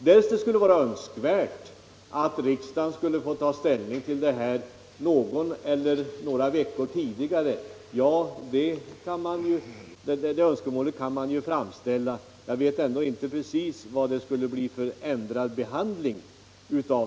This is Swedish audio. Man kan ju framställa önskemålet att riksdagen skulle få ta ställning till detta någon eller några veckor tidigare. Jag vet ändå inte precis vad det skulle innebära i fråga om ändrad behandling.